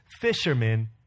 fishermen